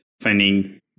finding